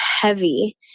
heavy